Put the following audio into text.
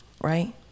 right